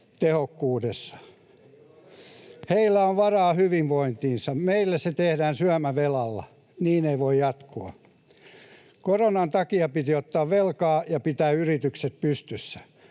öljyä vielä!] Heillä on varaa hyvinvointiinsa. Meillä se tehdään syömävelalla — niin ei voi jatkua. Koronan takia piti ottaa velkaa ja pitää yritykset pystyssä,